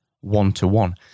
one-to-one